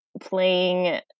playing